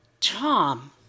Tom